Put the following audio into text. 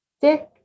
Dick